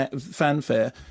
fanfare